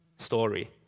story